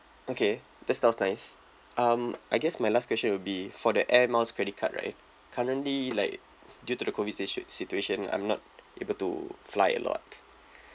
okay that sounds nice um I guess my last question will be for the air miles credit card right currently like due to the COVID situation I'm not able to fly a lot